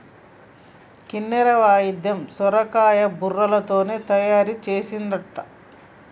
కిన్నెర వాయిద్యం సొరకాయ బుర్రలతోనే తయారు చేసిన్లట